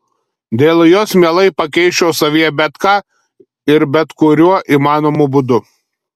dėl jos mielai pakeisčiau savyje bet ką ir bet kuriuo įmanomu būdu